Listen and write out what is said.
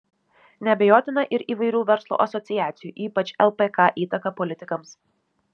neabejotina ir įvairių verslo asociacijų ypač lpk įtaka politikams